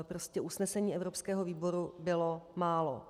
Prostě usnesení evropského výboru bylo málo.